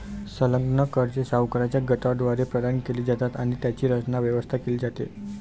संलग्न कर्जे सावकारांच्या गटाद्वारे प्रदान केली जातात आणि त्यांची रचना, व्यवस्था केली जाते